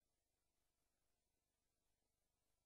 ראש